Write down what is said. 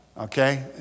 okay